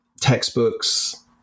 textbooks